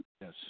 yes